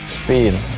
Speed